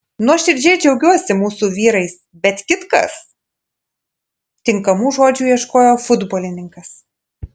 nuoširdžiai džiaugiuosi mūsų vyrais bet kitkas tinkamų žodžių ieškojo futbolininkas